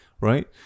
right